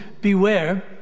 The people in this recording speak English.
beware